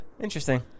Interesting